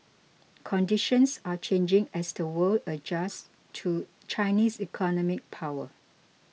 conditions are changing as the world adjusts to Chinese economic power